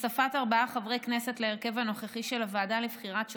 הוספת ארבעה חברי כנסת להרכב הנוכחי של הוועדה לבחירת שופטים,